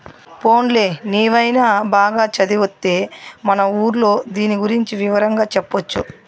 పోన్లే నీవైన బాగా చదివొత్తే మన ఊర్లో దీని గురించి వివరంగా చెప్పొచ్చు